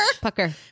Pucker